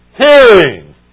hearing